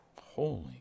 Holy